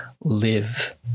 live